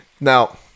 now